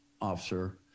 officer